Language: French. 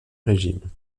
régime